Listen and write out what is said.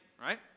right